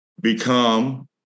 become